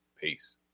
Peace